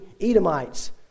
Edomites